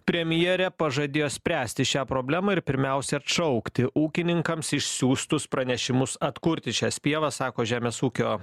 premjerė pažadėjo spręsti šią problemą ir pirmiausia atšaukti ūkininkams išsiųstus pranešimus atkurti šias pievas sako žemės ūkio